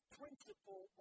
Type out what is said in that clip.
principle